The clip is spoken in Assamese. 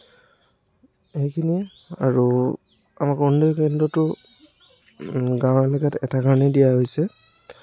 সেইখিনিয়ে আৰু আমাৰ কেন্দ্ৰটো গাঁৱৰ ভিতৰত এটা কাৰণেই দিয়া হৈছে